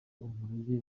umurage